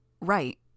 Right